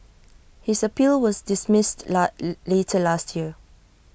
his appeal was dismissed not later last year